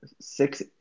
six –